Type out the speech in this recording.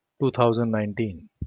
2019